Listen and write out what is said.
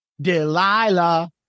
Delilah